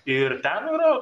ir ten yra